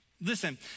Listen